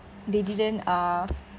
they didn't ah